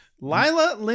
Lila